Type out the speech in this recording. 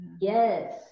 Yes